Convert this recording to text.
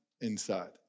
inside